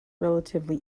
relatively